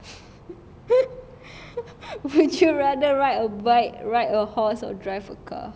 would you rather ride a bike ride a horse or drive a car